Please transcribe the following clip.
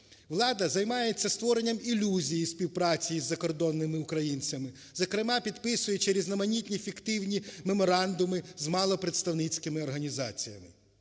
влада займається створенням ілюзії співпраці із закордонними українцями, зокрема, підписуючи різноманітні фіктивні меморандуми з малопредставницькими організаціями.